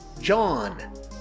John